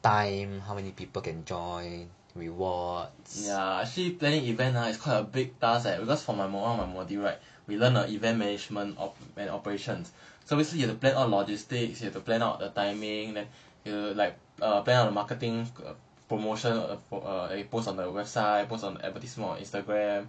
actually planning events is quite a big task eh because for one of my modules right we learn the event management of operations so basically you have to plan on logistics you have to plan out the timing then you plan out the marketing promotion that we post on the website post on advertisement on instagram